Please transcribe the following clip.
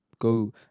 Go